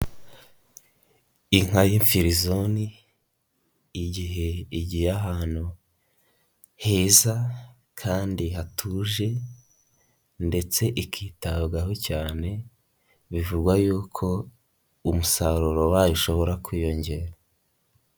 Inka y'impfirizoni igihe igiye ahantu heza kandi hatuje ndetse ikitabwaho cyane, bivugwa yuko umusaruro wayo ushobora kwiyongera.